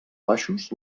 baixos